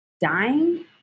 dying